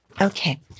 Okay